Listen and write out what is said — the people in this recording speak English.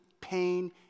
pain